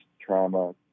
trauma